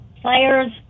players